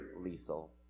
lethal